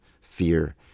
fear